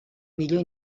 millor